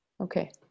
okay